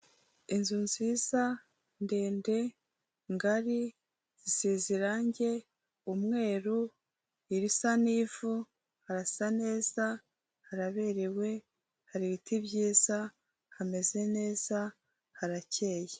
Inzu nziza ndende ngari, isize irange, umweru risa n'ivu, harasa neza, haraberewe, hari ibiti byiza, hameze neza harakeye.